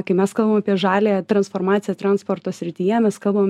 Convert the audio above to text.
kai mes kalbam apie žaliąją transformaciją transporto srityje mes kalbam